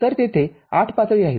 तर तेथे ८ पातळी आहेत